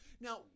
Now